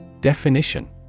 Definition